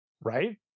right